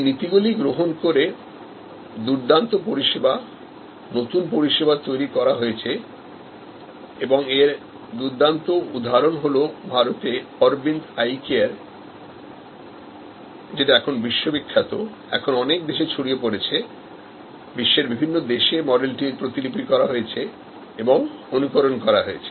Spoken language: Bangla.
এই নীতিগুলি গ্রহণ করে দুর্দান্ত পরিষেবা নতুন পরিষেবা তৈরি করা হয়েছে এবং এর দুর্দান্ত উদাহরণ হল ভারতে অরবিন্দ আই কেয়ারএখন বিশ্ব বিখ্যাতএখন অনেক দেশে ছড়িয়ে পড়েছে বিশ্বের বিভিন্ন দেশে মডেলটির প্রতিলিপি করা হয়েছে এবং অনুকরণ করা হয়েছে